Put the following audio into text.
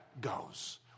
goes